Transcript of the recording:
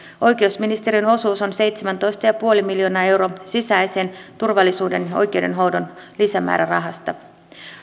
oikeusministeriön osuus on seitsemäntoista pilkku viisi miljoonaa euroa sisäisen turvallisuuden ja oikeudenhoidon lisämäärärahasta